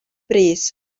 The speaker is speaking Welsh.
brys